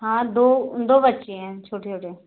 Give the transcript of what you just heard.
हाँ दो दो बच्चें हैं छोटे छोटे